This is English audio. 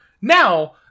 Now